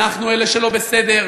אנחנו אלה שלא בסדר,